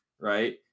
right